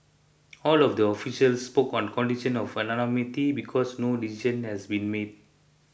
all of the officials spoke on condition of anonymity because no decision has been made